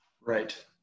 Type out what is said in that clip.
Right